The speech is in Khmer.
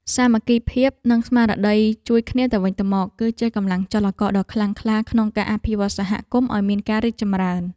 សាមគ្គីភាពនិងស្មារតីជួយគ្នាទៅវិញទៅមក គឺជាកម្លាំងចលករដ៏ខ្លាំងក្លាក្នុងការអភិវឌ្ឍសហគមន៍ឱ្យមានការរីកចម្រើន។